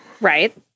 Right